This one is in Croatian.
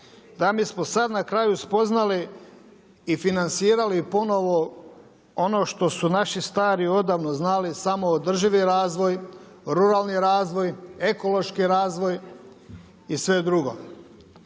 da bismo sada na kraju spoznali i financirali ponovo ono što su naši stari odavno znali samoodrživi razvoj, ruralni razvoj, ekološki razvoj i sve drugo.